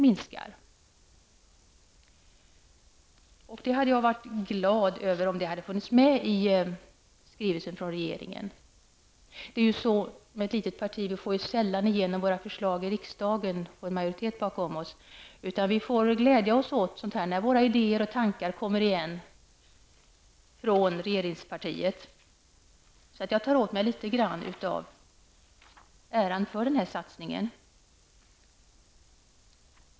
Jag hade varit glad om detta hade funnit med i skrivelsen från regeringen. Ett litet parti får sällan igenom sina förslag i riksdagen, utan vi får glädja oss åt när våra tankar och idéer går igen på t.ex. det här viset. Så jag tar åt mig litet grand av äran för den här satsningen.